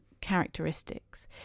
characteristics